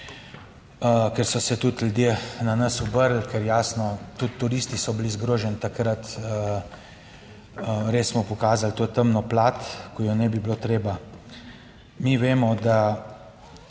ker so se tudi ljudje na nas obrnili, ker jasno, tudi turisti so bili zgroženi takrat. Res smo pokazali to temno plat, ki je ne bi bilo treba. Mi vemo, da